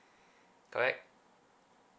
correct